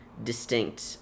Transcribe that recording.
Distinct